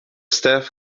staff